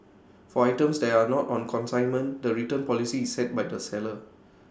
for items that are not on consignment the return policy is set by the seller